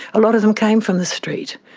a lot of them came from the street,